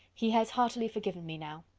he has heartily forgiven me now.